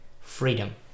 freedom